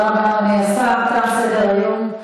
אמרתי שבהוראות שאתם נותנים אתם הקלתם.